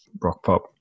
rock-pop